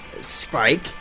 Spike